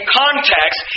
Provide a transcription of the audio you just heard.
context